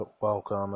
welcome